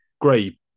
great